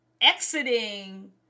exiting